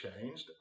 changed